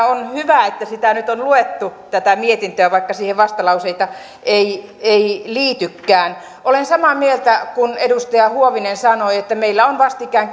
on hyvä että tätä mietintöä on nyt luettu vaikka siihen vastalauseita ei ei liitykään olen samaa mieltä siitä mitä edustaja huovinen sanoi että meillä on vastikään